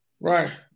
Right